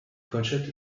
concetto